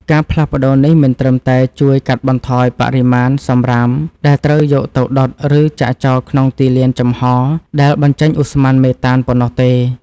ការផ្លាស់ប្តូរនេះមិនត្រឹមតែជួយកាត់បន្ថយបរិមាណសម្រាមដែលត្រូវយកទៅដុត ឬចាក់ចោលក្នុងទីលានចំហដែលបញ្ចេញឧស្ម័នមេតានប៉ុណ្ណោះទេ។